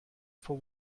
for